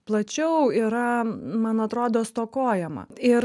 plačiau yra man atrodo stokojama ir